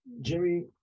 Jimmy